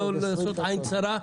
לא לעשות עין צרה,